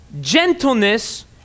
gentleness